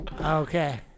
Okay